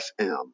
FM